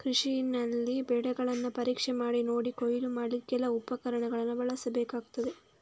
ಕೃಷಿನಲ್ಲಿ ಬೆಳೆಗಳನ್ನ ಪರೀಕ್ಷೆ ಮಾಡಿ ನೋಡಿ ಕೊಯ್ಲು ಮಾಡ್ಲಿಕ್ಕೆ ಕೆಲವು ಉಪಕರಣಗಳನ್ನ ಬಳಸ್ಬೇಕಾಗ್ತದೆ